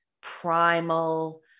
primal